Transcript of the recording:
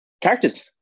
characters